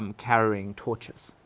um carrying torches.